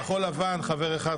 לכחול לבן חבר אחד,